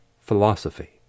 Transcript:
philosophy